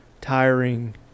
tiring